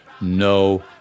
No